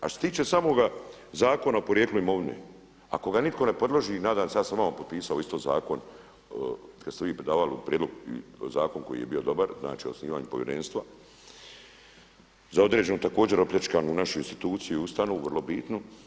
A što se tiče samoga Zakona o porijeklu imovine, ako ga nitko ne predloži, nadam se ja sam ovamo potpisao isto zakon kad ste vi predavali prijedlog zakon koji je bio dobar, znači, o osnivanju povjerenstva za određenu također opljačkanu našu instituciju i ustanovu vrlo bitnu.